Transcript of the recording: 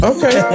Okay